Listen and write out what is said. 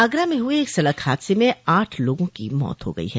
आगरा में हुए एक सड़क हादसे में आठ लोगों की मौत हो गई है